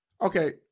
Okay